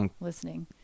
listening